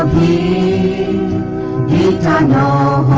e eight nine